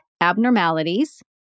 abnormalities